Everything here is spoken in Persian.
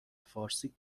فارسی